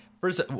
first